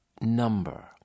number